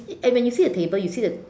and when you see a table you see the